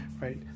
right